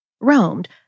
roamed